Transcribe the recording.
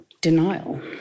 denial